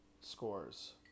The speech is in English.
scores